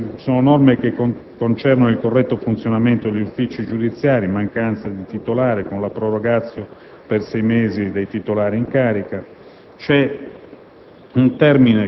sono norme che concernono il corretto funzionamento degli uffici giudiziari in mancanza di titolare, con la *prorogatio*per sei mesi dei titolari in carica.